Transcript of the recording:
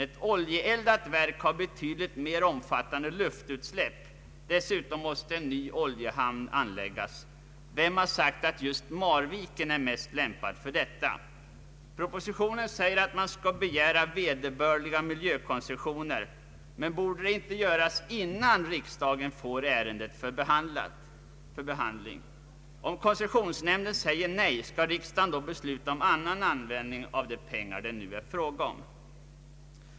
Ett oljeeldat verk har betydligt mer omfattande luftföroreningar. Dessutom måste en ny oljehamn anläggas. Vem har sagt att just Marviken är mest lämpat för detta? I propositionen står att man skall begära vederbörliga miljökoncessioner. Men borde inte det göras innan riksdagen får ärendet för behandling? Om koncessionsnämnden säger nej, skall riksdagen då besluta om annan användning av de pengar det nu är fråga om?